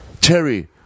Terry